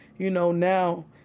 you know, now,